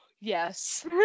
Yes